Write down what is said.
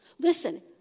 Listen